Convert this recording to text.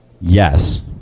Yes